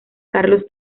carlos